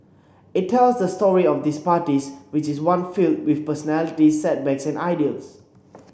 it tells the story of these parties which is one filled with personalities setbacks and ideals